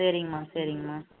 சரிங்மா சரிங்மா